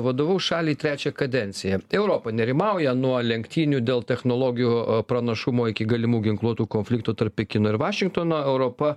vadovaus šaliai trečią kadenciją europa nerimauja nuo lenktynių dėl technologijų pranašumo iki galimų ginkluotų konfliktų tarp pekino ir vašingtono europa